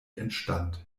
entstand